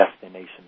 destination